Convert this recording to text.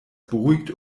beruhigt